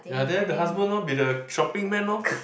ya then the husband orh be the shopping man orh